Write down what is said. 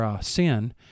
Sin